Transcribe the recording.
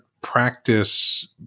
practice